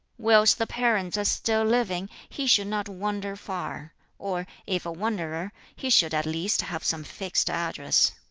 whilst the parents are still living, he should not wander far or, if a wanderer, he should at least have some fixed address.